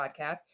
podcast